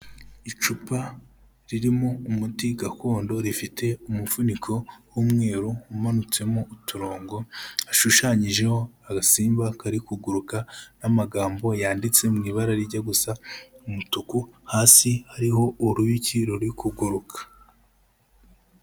Icupa ririmo umuti gakondo rifite umufuniko w'umweru umanutsemo uturongo, hashushanyijeho agasimba kari kuguruka n'amagambo yanditse mu ibara rijya gusa umutuku, hasi hariho uruyuki ruri kuguruka.